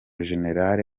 jenerali